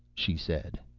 she said.